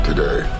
Today